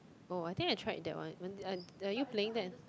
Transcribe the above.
oh I think I tried one when are you playing that